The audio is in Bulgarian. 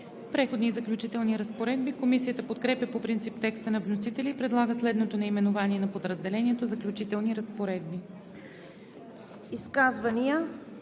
„Преходни и заключителни разпоредби“. Комисията подкрепя по принцип текста на вносителя и предлага следното наименование на подразделението: „Заключителни разпоредби“.